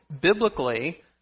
biblically